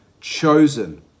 Chosen